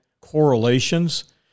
correlations